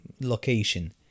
location